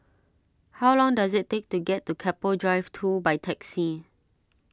how long does it take to get to Keppel Drive two by taxi